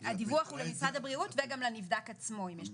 הדיווח הוא למשרד הבריאות וגם לנבדק עצמו אם יש תוצאה חיובית.